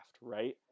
right